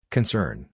Concern